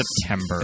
September